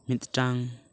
ᱢᱤᱫᱴᱟᱝ